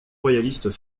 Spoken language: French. royalistes